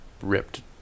ripped